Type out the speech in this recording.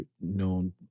known